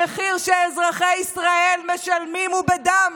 המחיר שאזרחי ישראל משלמים הוא בדם,